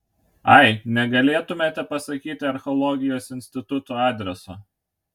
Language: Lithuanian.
ai negalėtumėte pasakyti archeologijos instituto adreso